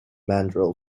mandrel